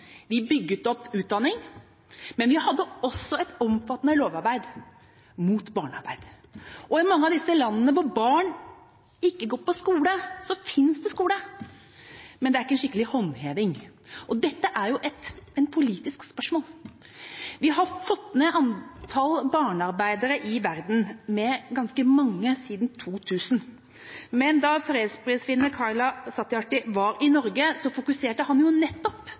Vi bygde opp utdanning, men vi hadde også et omfattende lovarbeid mot barnearbeid. I mange av disse landene hvor barn ikke går på skole, finnes det skole, men det er ikke noen skikkelig håndheving. Dette er et politisk spørsmål. Vi har fått ned antall barnearbeidere i verden med ganske mange siden 2000, men da fredsprisvinner Kailash Satyarthi var i Norge, fokuserte han nettopp